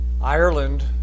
Ireland